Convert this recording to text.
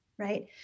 right